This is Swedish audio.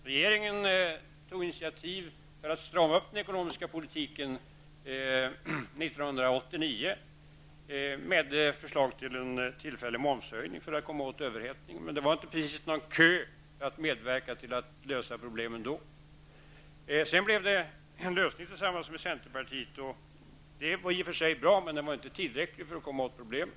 Regeringen tog initiativ till att strama upp den ekonomiska politiken 1989 med förslag till en tillfällig momshöjning för att komma åt överhettningen. Det var inte precis någon kö för att medverka till att lösa problemen. Sedan blev det en lösning tillsammans med centerpartiet. Det var i och för sig bra, men det var inte tillräckligt för att komma åt problemen.